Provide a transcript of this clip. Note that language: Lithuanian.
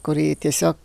kuri tiesiog